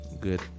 good